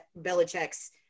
Belichick's